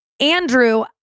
Andrew